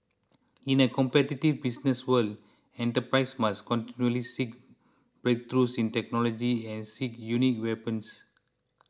in a competitive business world enterprises must continually seek breakthroughs in technology and seek unique weapons